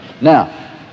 Now